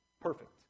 perfect